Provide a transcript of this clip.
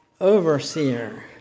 overseer